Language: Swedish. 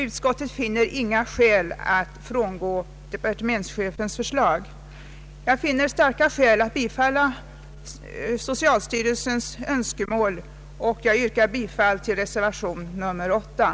Utskottet finner inga skäl att frångå departementschefens uppfattning. Herr talman! Enligt min mening föreligger starka skäl att bifalla socialstyrelsens önskemål, och jag hemställer därför om bifall till reservationen.